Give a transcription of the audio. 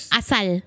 asal